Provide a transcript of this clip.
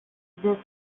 deux